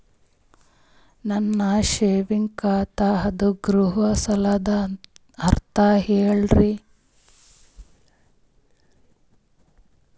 ನನ್ನ ಸೇವಿಂಗ್ಸ್ ಖಾತಾ ಅದ, ಗೃಹ ಸಾಲದ ಅರ್ಹತಿ ಹೇಳರಿ?